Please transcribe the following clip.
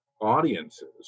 Audiences